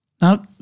Now